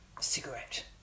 cigarette